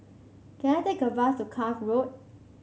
can I take a bus to Cuff Road